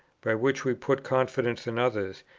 by which we put confidence in others,